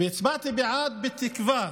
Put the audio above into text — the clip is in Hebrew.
הצבעתי בעד בתקווה